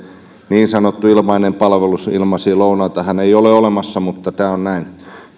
niin sanottu ilmainen palvelus veronmaksajille ilmaisia lounaitahan ei ole olemassa mutta tämä on näin